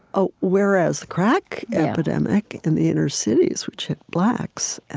ah whereas the crack epidemic in the inner cities, which hit blacks,